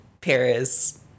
Paris